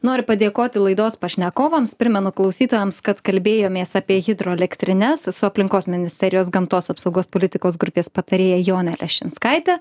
noriu padėkoti laidos pašnekovams primenu klausytojams kad kalbėjomės apie hidroelektrines su aplinkos ministerijos gamtos apsaugos politikos grupės patarėja jone leščinskaite